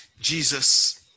Jesus